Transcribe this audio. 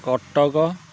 Cuttack